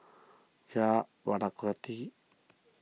Jah Lelawati